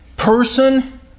person